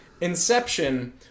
Inception